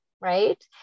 right